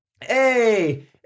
hey